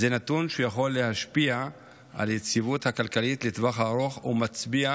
זה נתון שיכול להשפיע על היציבות הכלכלית לטווח הארוך ומצביע